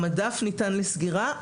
המדף ניתן לסגירה.